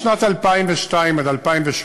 משנת 2002 עד 2008,